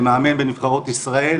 למאמן בנבחרות ישראל,